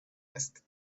asked